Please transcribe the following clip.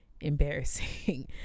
embarrassing